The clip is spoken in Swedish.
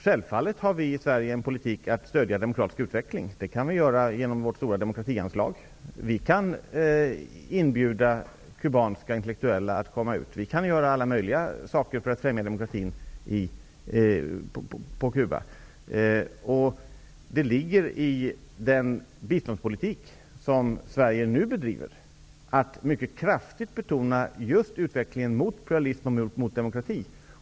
Självfallet för vi i Sverige en politik som går ut på att stödja den demokratiska utvecklingen. Det går att göra med hjälp av det stora demokratianslaget. Vi kan bjuda in kubanska intellektuella att komma ut i världen. Vi kan göra alla möjliga saker för att främja demokratin på Cuba. Det ligger i den biståndspolitik som Sverige nu driver att mycket kraftigt betona utvecklingen mot pluralism och demokrati.